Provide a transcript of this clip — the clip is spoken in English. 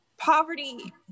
poverty